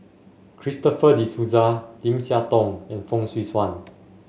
Christopher De Souza Lim Siah Tong and Fong Swee Suan